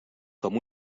com